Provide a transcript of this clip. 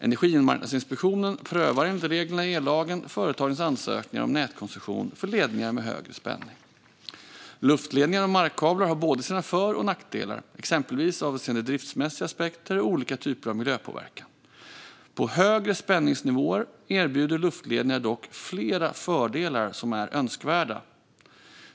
Energimarknadsinspektionen prövar enligt reglerna i ellagen företagens ansökningar om nätkoncession för ledningar med högre spänning. Luftledningar och markkablar har båda sina för och nackdelar, exempelvis avseende driftsmässiga aspekter och olika typer av miljöpåverkan. På högre spänningsnivåer erbjuder luftledningar dock flera fördelar som är önskvärda.